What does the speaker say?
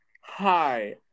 hi